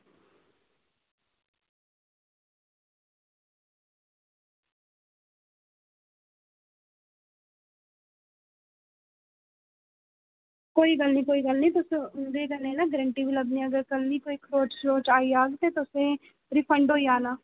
कोई गल्ल निं कोई गल्ल निं तुस उं'दे कन्नै ना गारंटी बी लग्गनी कल्ल गी कोई ना खरोच आई जाह्ग ते तुसें ई रीफंड होई जाने